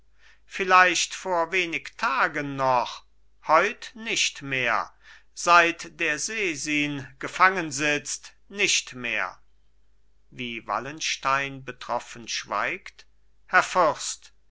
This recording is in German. vielleicht vor wenig tagen noch heut nicht mehr seit der sesin gefangen sitzt nicht mehr wie wallenstein betroffen schweigt herr fürst